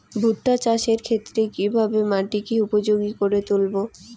ভুট্টা চাষের ক্ষেত্রে কিভাবে মাটিকে উপযোগী করে তুলবো?